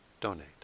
donate